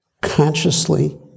Consciously